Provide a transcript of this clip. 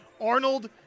Arnold